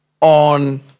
on